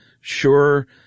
Sure